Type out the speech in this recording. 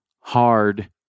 hard